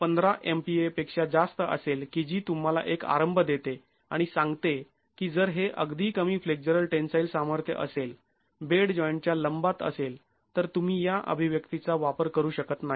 १५ MPa पेक्षा जास्त असेल की जी तुम्हाला एक आरंभ देते आणि सांगते की जर हे अगदी कमी फ्लेक्झरल टेन्साईल सामर्थ्य असेल बेड जॉईंटच्या लंबात असेल तर तुम्ही या अभिव्यक्तीचा वापर करू शकत नाही